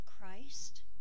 Christ